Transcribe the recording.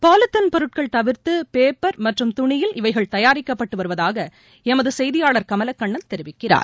polythene பொருட்கள் தவிர்த்தபேப்பர் மற்றம் குணியில் இவைகள் தயாரிக்கப்பட்டுவருவதாகஎமதுசெய்தியாளர் கமலக்கண்ணன் தெரிவிக்கிறார்